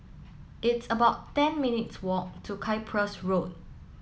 it's about ten minutes' walk to Cyprus Road